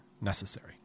necessary